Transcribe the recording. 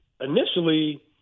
initially